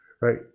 right